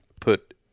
put